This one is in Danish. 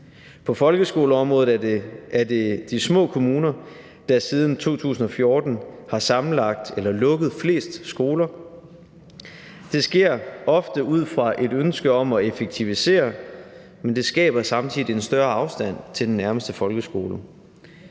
På folkeskoleområdet er det de små kommuner, der siden 2014 har sammenlagt eller lukket flest skoler. Det sker ofte ud fra et ønske om at effektivisere, men det skaber samtidig en større afstand til den nærmeste folkeskole.